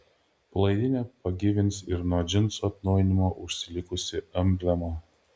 palaidinę pagyvins ir nuo džinsų atnaujinimo užsilikusi emblema